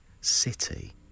city